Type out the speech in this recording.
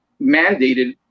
mandated